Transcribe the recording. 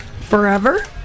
Forever